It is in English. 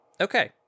Okay